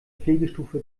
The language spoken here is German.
pflegestufe